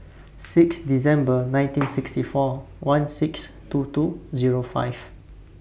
six December nineteen sixty four one six two two Zero five